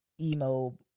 emo